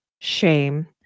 shame